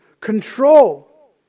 control